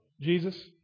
Jesus